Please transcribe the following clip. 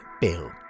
Bill